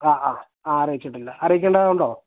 ആ ആ ആ അറിയിച്ചിട്ടില്ല അറിയിക്കേണ്ടതുണ്ടോ